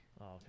Okay